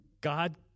God